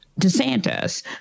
DeSantis